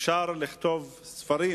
אפשר לכתוב ספרים